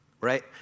Right